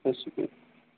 ਸਤਿ ਸ਼੍ਰੀ ਅਕਾਲ